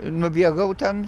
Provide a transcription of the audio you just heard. nubėgau ten